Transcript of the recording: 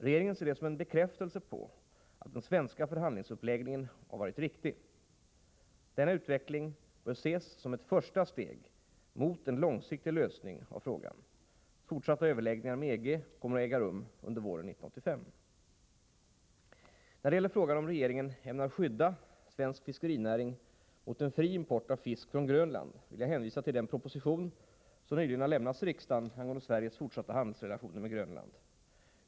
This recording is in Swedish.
Regeringen ser detta som en bekräftelse på att den svenska förhandlingsuppläggningen har varit riktig. Denna utveckling bör ses som ett första steg mot en långsiktig lösning av frågan. Fortsatta överläggningar med EG kommer att äga rum under våren 1985. När det gäller frågan om regeringen ämnar skydda svensk fiskerinäring mot en fri import av fisk från Grönland vill jag hänvisa till den proposition som nyligen överlämnats till riksdagen angående Sveriges fortsatta handelsrelationer med Grönland.